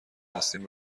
هستیم